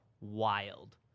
wild